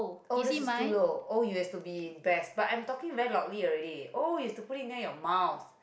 oh this is too low oh you have to be best but I'm talking very loudly already oh you have to put it near your mouth